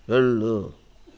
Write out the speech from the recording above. వెళ్ళు